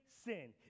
sin